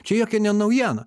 čia jokia ne naujiena